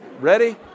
ready